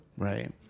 Right